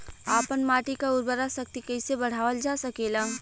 आपन माटी क उर्वरा शक्ति कइसे बढ़ावल जा सकेला?